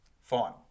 fine